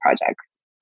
projects